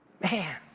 man